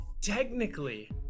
Technically